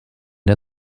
der